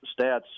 stats